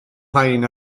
rhain